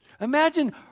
Imagine